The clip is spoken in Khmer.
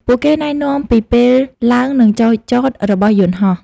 ពួកគេណែនាំពីពេលឡើងនិងចុះចតរបស់យន្តហោះ។